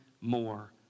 more